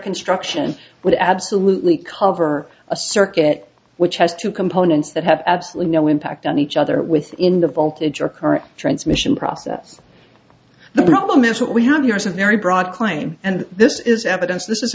construction would absolutely cover a circuit which has two components that have absolutely no impact on each other within the voltage or current transmission process the problem is what we have here is a very broad claim and this is evidence